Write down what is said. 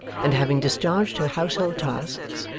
and having discharged her household tasks,